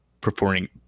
performing